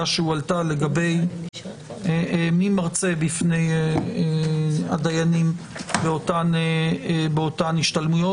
שהועלתה לגבי מי מרצה בפני הדיינים באותן השתלמויות,